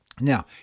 Now